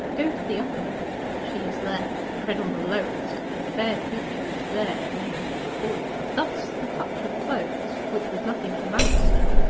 go to the uppermost she is there tread on the lowest the fair creature is there almost before you. thus the touch of clothes, which was nothing to manston,